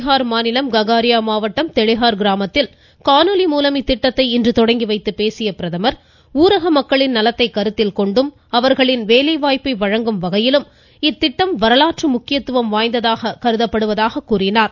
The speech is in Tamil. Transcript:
பீகார் மாநிலம் ககாரியா மாவட்டம் தெளிஹார் கிராமத்தில் காணொலி மூலம் இத்திட்டத்தை இன்று துவக்கி வைத்துப் பேசிய பிரதமர் ஊரக மக்களின் நலத்தை கருத்தில் கொண்டும் அவர்களின் வேலைவாய்ப்பை வழங்கும் வகையிலும் தொடங்கப்பட்டுள்ள இந்த திட்டம் வரலாற்று முக்கியத்துவம் வாய்ந்தது என்று எடுத்துரைத்தார்